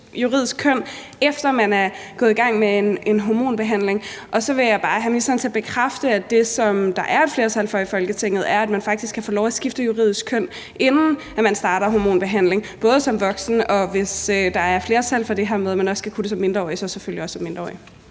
juridisk køn, efter man er gået i gang med en hormonbehandling. Så vil jeg bare have ministeren til at bekræfte, at det, som der er et flertal for i Folketinget, er, at man faktisk kan få lov til at skifte juridisk køn, inden man starter hormonbehandling – som voksen; og hvis der er flertal for det her med, at man også skal kunne gøre det som mindreårig, så selvfølgelig også som mindreårig.